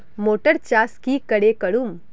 Motor चास की करे करूम?